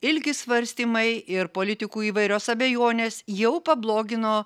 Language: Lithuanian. ilgi svarstymai ir politikų įvairios abejonės jau pablogino